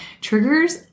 triggers